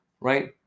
right